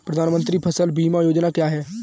प्रधानमंत्री फसल बीमा योजना क्या है?